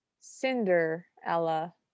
Cinderella